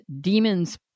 demons